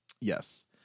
Yes